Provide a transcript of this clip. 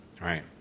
Right